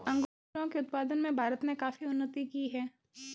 अंगूरों के उत्पादन में भारत ने काफी उन्नति की है